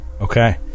Okay